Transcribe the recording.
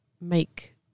make